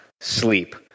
sleep